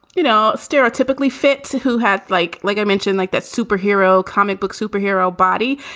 you know, stereotypically fit to who had like like i mentioned, like that superhero comic book superhero body.